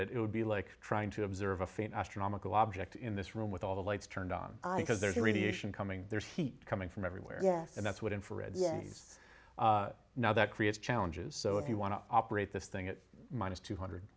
it it would be like trying to observe a faint astronomical object in this room with all the lights turned on because there's a radiation coming there's heat coming from everywhere and that's what infrared yes now that creates challenges so if you want to operate this thing it minus two hundred